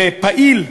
ופעיל,